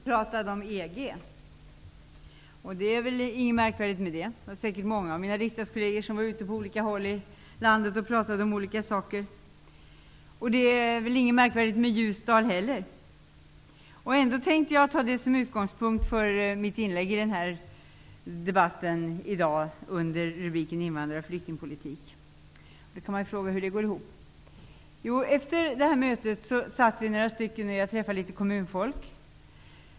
Fru talman! Jag var i Ljusdal i går kväll och pratade om EG. Det är väl inget märkvärdigt med det. Säkert var många av mina riksdagskolleger ute på olika håll i landet och pratade om olika saker. Det är väl heller inget märkvärdigt med Ljusdal. Ändå tänkte jag ta detta som utgångspunkt för mitt inlägg i dagens debatt om invandrar och flyktingpolitik. Man kan fråga sig hur det går ihop. Jo, efter mötet pratade jag med folk från kommunen.